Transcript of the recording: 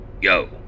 Yo